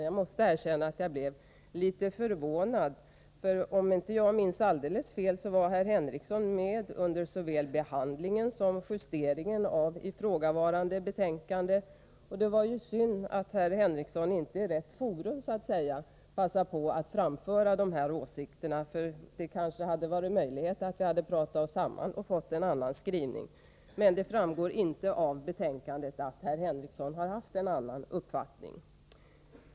Jag måste erkänna att jag blev litet förvånad — om jag inte minns alldeles fel var herr Henricsson med under såväl behandlingen som justeringen av ifrågavarande betänkande. Det var synd att herr Henricsson inte i ”rätt forum” passade på att framföra sina åsikter. Det hade annars kanske varit möjligt för oss att prata oss samman och få till stånd en annan skrivning. Nu framgår det inte av betänkandet att Henricsson har haft en avvikande mening.